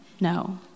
No